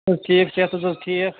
تُہۍ چھِو ٹھیٖک صحت اوسوٕ حظ ٹھیٖک